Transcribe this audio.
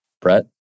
Brett